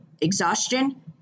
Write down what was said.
exhaustion